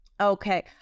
Okay